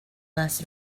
las